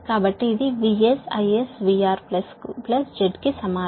కాబట్టి ఈ VS IS VR plus Z కి సమానం